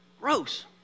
Gross